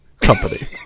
company